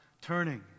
turning